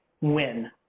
win